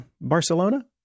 barcelona